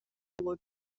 bored